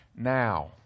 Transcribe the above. now